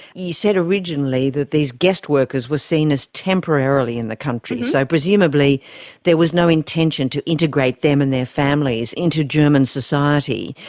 you said originally that these guest workers were seen as temporarily in the country. so presumably there was no intention to integrate them and their families into german society.